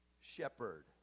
shepherd